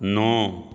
نو